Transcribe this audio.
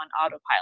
autopilot